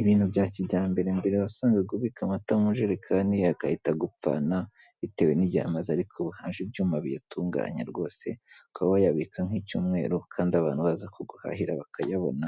ibintu bya kijyambere, mbere wasangaga ubika amata mu ijerekani agahita gupfana bitewe n'igihe amaze, ariko haje ibyuma biyatunganya rwose ukaba wayabika nk'icyumweru kandi abantu baza kuguhahira bakayabona.